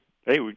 Hey